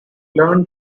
learnt